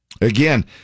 again